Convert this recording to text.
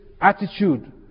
attitude